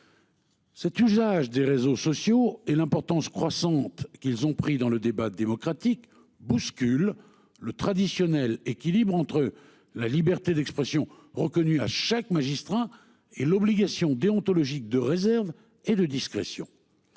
Cet usage des réseaux sociaux et l'importance croissante qu'ils ont pris dans le débat démocratique bouscule le traditionnel équilibre entre la liberté d'expression reconnue à chaque magistrat et l'obligation déontologique de réserve et de discrétion.